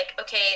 okay